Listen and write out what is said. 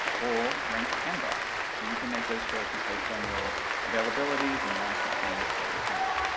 or rent and buy, so you can make those choices based on your availabilities and licensing that you have.